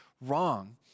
wrong